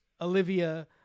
Olivia